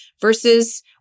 versus